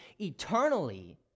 eternally